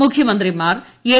മുഖ്യ മന്ത്രിമാർ എം